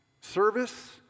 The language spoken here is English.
service